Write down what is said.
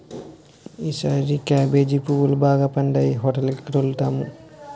ఈసారి కేబేజీ పువ్వులు బాగా పండాయి హోటేలికి తోలుతన్నాం